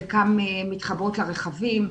חלקן מתחברות לרכבים,